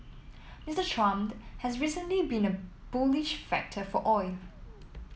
Mister Trump has recently been a bullish factor for oil